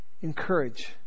encourage